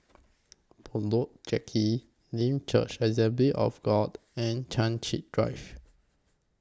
Bedok Jetty Limb Church Assembly of God and Chai Chee Drive